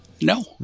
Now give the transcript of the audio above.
No